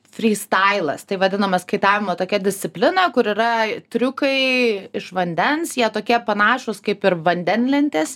frystailas tai vadinamas kaitavimo tokia disciplina kur yra triukai iš vandens jie tokie panašūs kaip ir vandenlentės